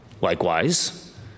Likewise